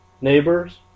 Neighbors